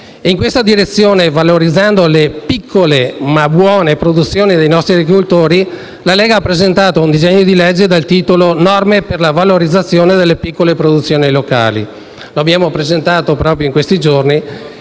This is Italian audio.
In questa direzione, valorizzando le piccole, ma buone produzioni dei nostri agricoltori, la Lega ha presentato un disegno di legge recante: «Norme per la valorizzazione delle piccole produzioni locali». Lo abbiamo presentato proprio in questi giorni,